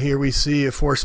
here we see a fo